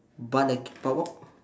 but like but what